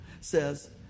says